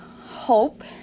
hope